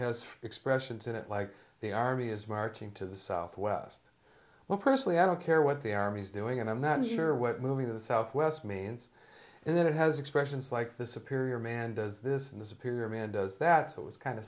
has expressions in it like the army is marching to the southwest well personally i don't care what the army's doing and i'm not sure what movie the southwest means in that it has expressions like this a period man does this in the superior man does that it was kind